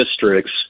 districts